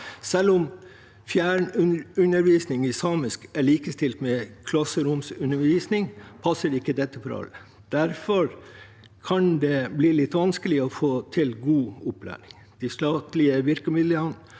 Selv om fjernundervisning i samisk er likestilt med klasseromsundervisning, passer ikke dette for alle. Derfor kan det bli litt vanskelig å få til god opplæring. De statlige virkemidlene